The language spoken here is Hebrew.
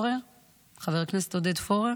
לחבר הכנסת עודד פורר